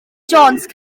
jones